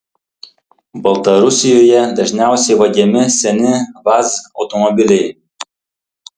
baltarusijoje dažniausiai vagiami seni vaz automobiliai